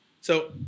So-